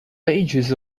pages